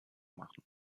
machen